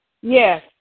Yes